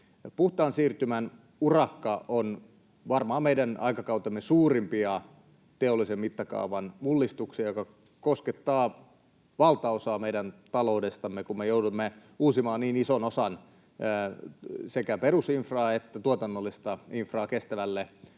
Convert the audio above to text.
Puhtaan siirtymän urakka on varmaan meidän aikakautemme suurimpia teollisen mittakaavan mullistuksia, joka koskettaa valtaosaa meidän taloudestamme, kun me joudumme uusimaan niin ison osan sekä perusinfraa että tuotannollista infraa kestävälle